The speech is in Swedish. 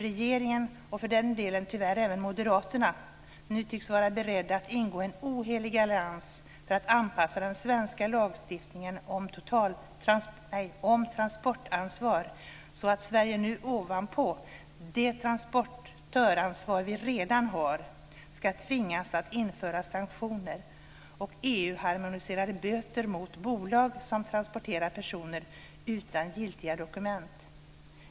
Regeringen, och för den delen även moderaterna, tycks nu vara beredda att ingå en ohelig allians för att anpassa den svenska lagstiftningen om transportöransvar så att Sverige nu ovanpå det transportöransvar vi redan har ska tvingas att införa sanktioner och EU harmoniserade böter mot bolag som transporterar personer utan giltiga dokument.